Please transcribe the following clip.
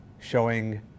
showing